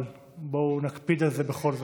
אבל בואו ונקפיד על זה בכל זאת.